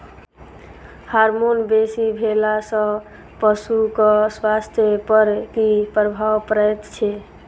Hormone बेसी भेला सॅ पशुक स्वास्थ्य पर की प्रभाव पड़ैत छै?